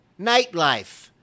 Nightlife